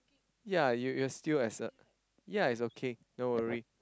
ya you you you're still as a ya it's okay no worry